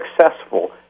successful